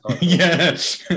Yes